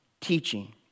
teaching